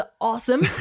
awesome